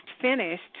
finished